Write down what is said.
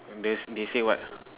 they say what